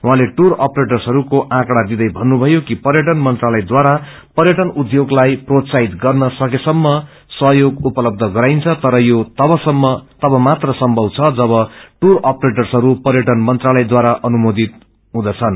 उहाँले टुर अपरेर्टसहरूको आंकड़ा विदै भन्नुषयो कि पर्यटन मंत्रालयद्वारा पर्यटन उध्योगलाई प्रोत्साहित गर्न सकेसम्म सहयोग उपलब्ध गराइन्छ तर यो तबमात्र सम्पव छ जब दुर अपरेर्टसहरू पर्यटन मंत्राायहढारा अनुमोदित हुँदछन्